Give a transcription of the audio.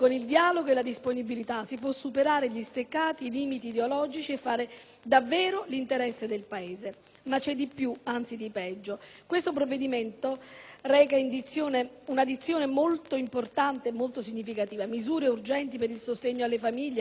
si possono superare gli steccati e i limiti ideologici e fare davvero l'interesse del Paese. Ma c'è di più e, anzi, di peggio. Questo provvedimento reca una dizione molto importante e molto significativa: «misure urgenti per il sostegno a famiglie, lavoro, occupazione e impresa